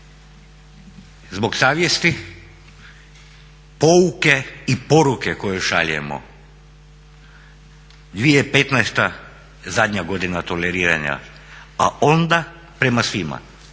zbog savjesti pouke i poruke koje šaljemo 2015. zadnja godina toleriranja a onda prema svima